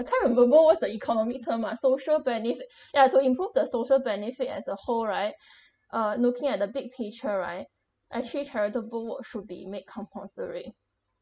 I can't remember w~ what's the economic term ah social benefit ya to improve the social benefit as a whole right uh looking at the big picture right actually charitable work should be made compulsory